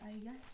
yes